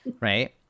right